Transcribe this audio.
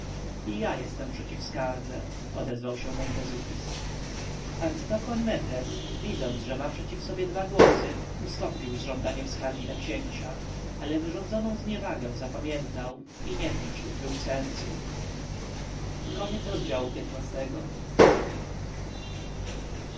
ja jestem przeciw skardze odezwał się mentezufis arcykapłan mefres widząc że ma przeciw sobie dwa głosy ustąpił z żądaniem skargi na księcia ale wyrządzoną zniewagę zapamiętał i niechęć ukrył w sercu